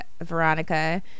Veronica